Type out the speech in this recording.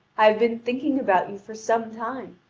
i have been thinking about you for some time,